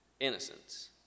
Innocence